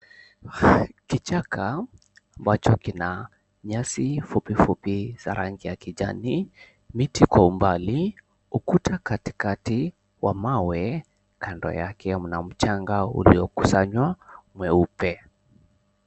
Kichaka ambacho kina nyasi fupifupi za rangi ya kijani, miti kwa umbali, ukuta katikati wa mawe kando yake kuna mchanga uliokusanywa mweupe.